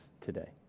today